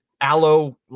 Aloe